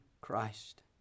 Christ